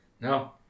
No